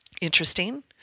Interesting